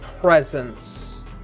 presence